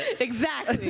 exactly.